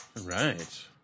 Right